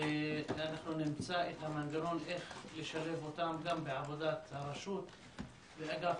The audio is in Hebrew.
ואנחנו נמצא את המנגנון איך לשלב אותם גם בעבודת הרשות ואגף